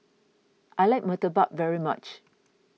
I like Murtabak very much